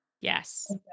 Yes